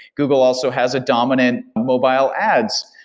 google also has a dominant mobile ads,